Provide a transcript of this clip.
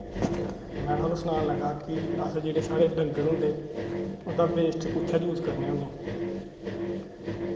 में तुसेंगी सनान लगा कि अस साढ़े जेह्ड़े डंगर होंदे उं'दा बेस्ट कुत्थै यूज़ करने होन्ने